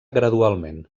gradualment